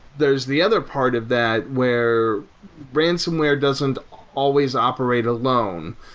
there's the other part of that where ransonware doesn't always operate alone.